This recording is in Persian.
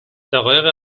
دقایق